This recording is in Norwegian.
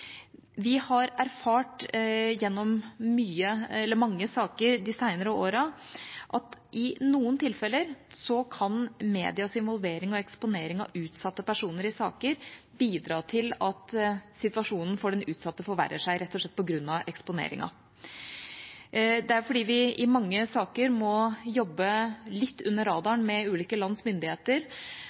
Vi har erfart gjennom mange saker de senere årene at i noen tilfeller kan medias involvering og eksponering av utsatte personer i saker bidra til at situasjonen for den utsatte forverrer seg, rett og slett på grunn av eksponeringen. Det er fordi vi i mange saker må jobbe litt under radaren med ulike lands myndigheter